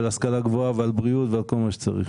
על השכלה גבוהה ועל בריאות ועל כל מה שצריך.